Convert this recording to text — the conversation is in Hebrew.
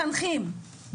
מחנכים,